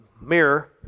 mirror